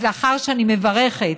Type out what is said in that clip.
אז לאחר שאני מברכת